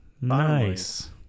nice